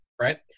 right